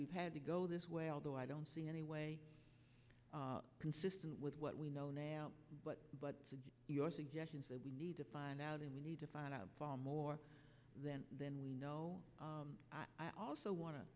we've had to go this way although i don't see any way consistent with what we know now but but your suggestions that we need to find out and we need to find out more then then we know i also wan